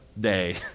day